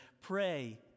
pray